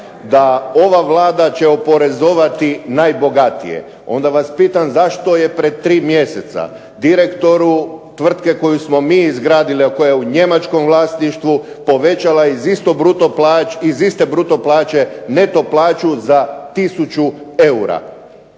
da ova Vlada će oporezovati najbogatije. Onda vas pitam zašto je pred 3 mjeseca direktoru tvrtke koju smo mi izgradili, a koja je u njemačkom vlasništvu povećala iz iste bruto plaće, neto plaću za tisuću eura?